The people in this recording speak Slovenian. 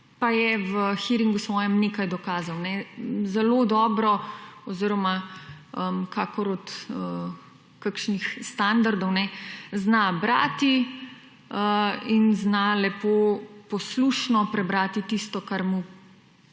pa je v hearingu, svojem, nekaj dokazal. Zelo dobro oziroma kakor od kakšnih standardov zna brati in zna lepo poslušno prebrati tisto, kar mu